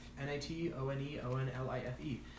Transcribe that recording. N-A-T-O-N-E-O-N-L-I-F-E